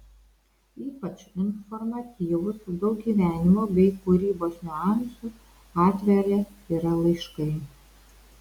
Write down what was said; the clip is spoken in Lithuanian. ypač informatyvūs daug gyvenimo bei kūrybos niuansų atverią yra laiškai